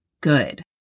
good